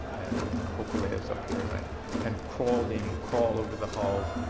and hokulea is up here, and i kind of crawled in. you crawl over the hulls,